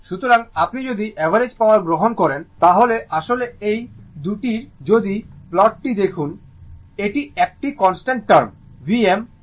সুতরাং আপনি যদি অ্যাভারেজ পাওয়ার গ্রহণ করেন তাহলে আসলে এই 2 টির যদি প্লটটি দেখুন এটি একটি কনস্ট্যান্ট টার্ম Vm Im2